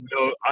no